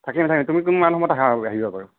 থাকিম থাকিম তুমি কিমান সময়ত আহা আৰু আহিবা বাৰু